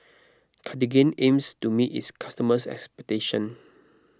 Cartigain aims to meet its customers' expectations